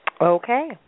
Okay